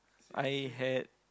I had